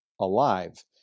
alive